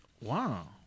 wow